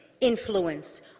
influence